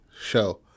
show